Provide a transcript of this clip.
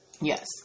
Yes